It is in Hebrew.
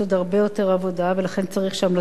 ולכן צריך שם לתת עוד יותר תמריצים.